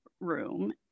room